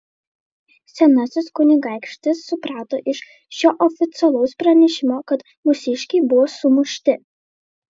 senasis kunigaikštis suprato iš šio oficialaus pranešimo kad mūsiškiai buvo sumušti